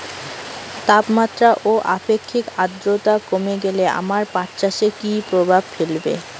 তাপমাত্রা ও আপেক্ষিক আদ্রর্তা কমে গেলে আমার পাট চাষে কী প্রভাব ফেলবে?